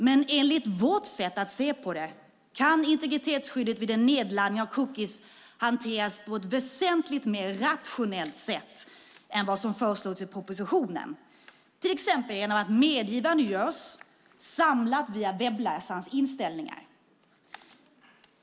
Men enligt vårt sätt att se på det kan integritetsskyddet vid nedladdning av cookies hanteras på ett väsentligt mer rationellt sätt än vad som förslås i propositionen, till exempel genom att medgivande görs samlat via webbläsarens inställningar.